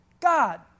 God